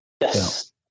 yes